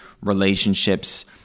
relationships